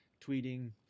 tweeting